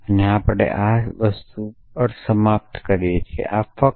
તેથી આપણે આ સમાપ્ત કરીએ છીએ આ ફક્ત